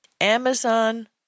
Amazon